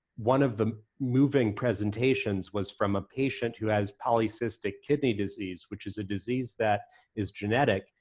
one of the moving presentations was from a patient who has polycystic kidney disease, which is a disease that is genetic,